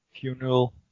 funeral